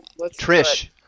Trish